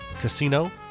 Casino